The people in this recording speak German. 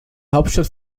hauptstadt